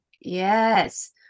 yes